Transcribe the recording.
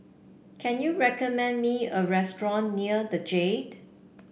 can you recommend me a restaurant near the Jade